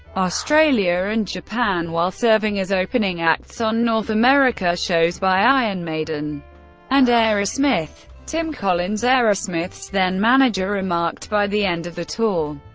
australia and japan, while serving as opening acts on north america shows by iron maiden and aerosmith. tim collins, aerosmith's then-manager, remarked, by the end of the tour,